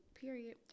Period